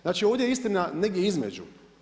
Znači ovdje je istina negdje između.